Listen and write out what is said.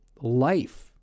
life